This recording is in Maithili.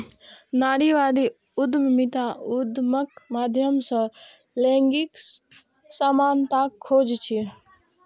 नारीवादी उद्यमिता उद्यमक माध्यम सं लैंगिक समानताक खोज छियै